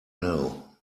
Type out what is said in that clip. know